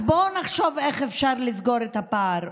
אז בואו נחשוב איך אפשר לסגור את הפער.